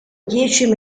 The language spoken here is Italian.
dieci